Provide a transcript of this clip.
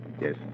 Yes